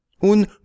Un